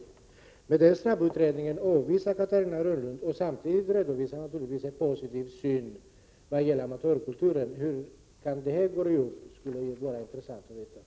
Men tanken på en sådan snabbutredning avvisar Catarina Rönnung, och samtidigt redovisar hon en positiv syn på amatörkulturen — hur går det ihop? Det skulle vara intressant att få veta.